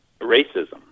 racism